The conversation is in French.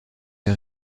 des